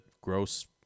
gross